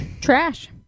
trash